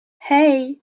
hey